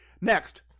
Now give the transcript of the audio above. Next